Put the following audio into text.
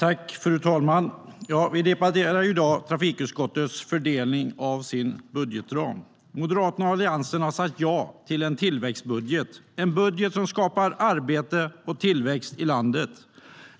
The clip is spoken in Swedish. Fru talman! Vi debatterar i dag trafikutskottets fördelning av sin budgetram. Moderaterna och Alliansen har sagt ja till en tillväxtbudget. Det är en budget som skapar arbete och tillväxt i landet.